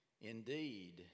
Indeed